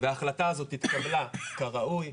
וההחלטה הזאת התקבלה כראוי,